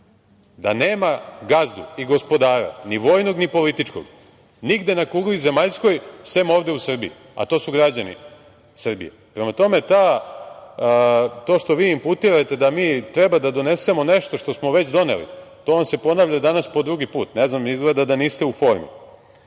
da nema gazdu i gospodara, ni vojnog, ni političkog nigde na kugli zemaljskoj, sem ovde u Srbiji, a to su građani Srbije. Prema tome, to što vi inputirate da mi treba da donesemo nešto što smo već doneli, to vam se ponavlja danas po drugi put. Ne znam, izgleda da niste u formi. Što